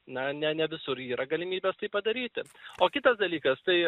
na ne ne visur yra galimybės tai padaryti o kitas dalykas tai